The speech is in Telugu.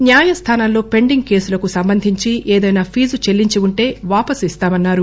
న్యాయస్థానాల్లో పెండింగ్ కేసులకు సంబంధించి ఏదైనా ఫీజు చెల్లించి ఉంటే వాపసు ఇస్తామన్నారు